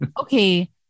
Okay